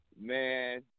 man